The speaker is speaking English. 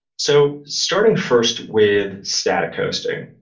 so starting first with static hosting.